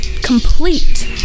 complete